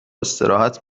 استراحت